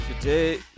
today